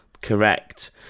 Correct